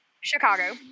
Chicago